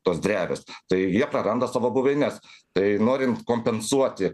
tos drevės tai jie praranda savo buveines tai norint kompensuoti